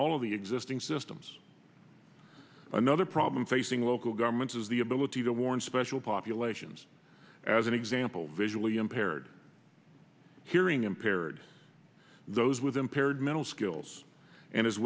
all of the existing systems another problem facing local governments is the ability to warn special populations as an example visually impaired hearing impaired those with impaired mental skills and as